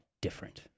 different